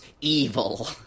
Evil